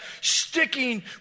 sticking